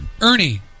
Ernie